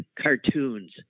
cartoons